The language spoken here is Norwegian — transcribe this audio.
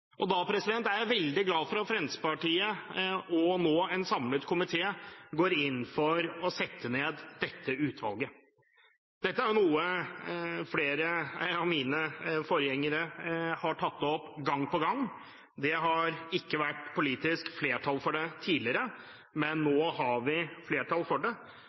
svekket. Da er jeg veldig glad for at Fremskrittspartiet og en samlet komité nå går inn for å sette ned dette utvalget. Dette er jo noe flere av mine forgjengere har tatt opp gang på gang. Det har ikke vært politisk flertall for det tidligere, men nå har vi flertall for det.